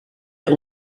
der